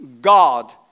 God